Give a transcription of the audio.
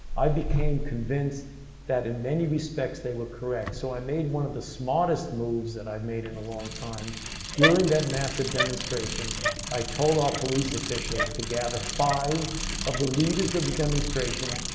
i became convinced that in many respects they were correct, so i made one of the smartest moves that i'd made in a long time during that massive demonstration i told our police officials to gather five of the leaders of the demonstration,